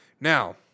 Now